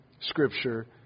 scripture